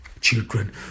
children